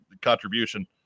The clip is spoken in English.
contribution